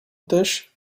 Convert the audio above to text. dish